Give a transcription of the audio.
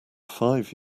five